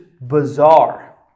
bizarre